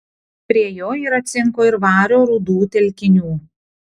prie jo yra cinko ir vario rūdų telkinių